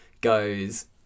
goes